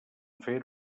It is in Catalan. fer